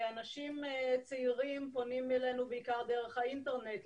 אנשים צעירים פונים אלינו בעיקר דרך האינטרנט,